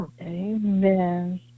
Amen